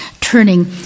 turning